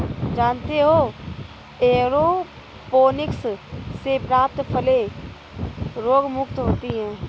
जानते हो एयरोपोनिक्स से प्राप्त फलें रोगमुक्त होती हैं